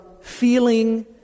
feeling